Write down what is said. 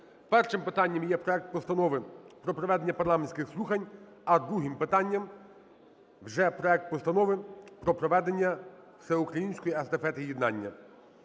Першим питання є проект Постанови про проведення парламентських слухань. А другим питанням – вже проект Постанови про проведення Всеукраїнської Естафети Єднання.